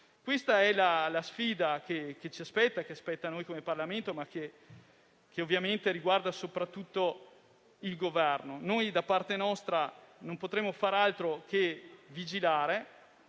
Questa è la sfida che ci aspetta come Parlamento, ma che ovviamente riguarda soprattutto il Governo. Da parte nostra, non potremo far altro che vigilare,